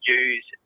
use